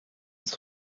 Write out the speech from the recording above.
het